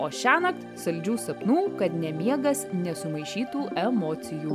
o šiąnakt saldžių sapnų kad ne miegas nesumaišytų emocijų